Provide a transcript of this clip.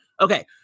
okay